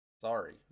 Sorry